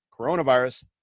coronavirus